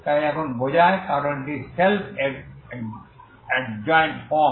তাই এখনই বোঝায় কারণ এটি সেলফ এডজয়েন্ট ফর্ম